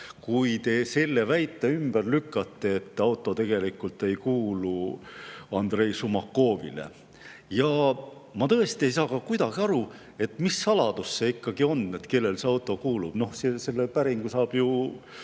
lükkate selle väite, et auto tegelikult ei kuulu Andrei Šumakovile. Ma tõesti ei saa ka kuidagi aru, mis saladus see ikkagi on, et kellele see auto kuulub. Noh, selle päringu saab ju,